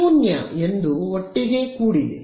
0 ಎಂದು ಒಟ್ಟಿಗ ಕೂಡಿದೆ